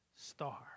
star